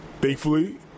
Thankfully